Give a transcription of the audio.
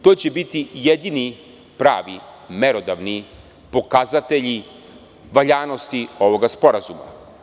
To će biti jedini pravi, merodavni pokazatelji valjanosti ovog sporazuma.